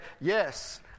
yes